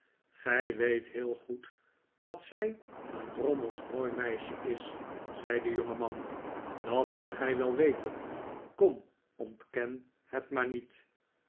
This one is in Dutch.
gij weet heel goed dat zij een drommels mooi meisje is zei de jongeman dat moet gij wel weten kom ontken het maar niet